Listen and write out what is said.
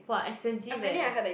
!wah! expensive eh